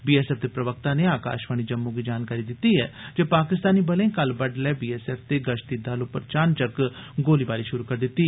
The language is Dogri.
बीएसएफ दे प्रवक्ता नै आकाशवाणी जम्मू गी जानकारी दित्ती ऐ जे पाकिस्तानी बले कल बडलै बीएसएफ दे गश्ती दल पर चान चक्क गोलीबारी शुरू करी दित्ती